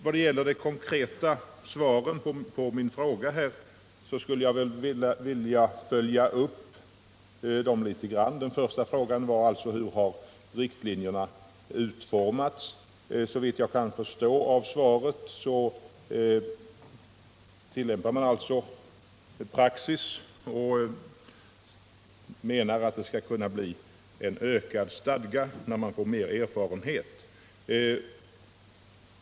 Vad gäller de konkreta svaren på mina frågor skulle jag vilja följa upp dem litet. Den första frågan var: Hur har riktlinjerna utformats? Såvitt jag kan förstå av svaret tillämpar man en praxis och menar att det skall kunna bli större stadga när man får mera erfarenhet.